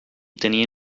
tenia